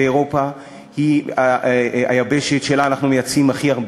ואירופה היא היבשת שאליה אנחנו מייצאים הכי הרבה.